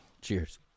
cheers